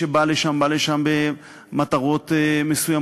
מי שבא לשם בא לשם במטרות מסוימות,